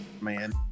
man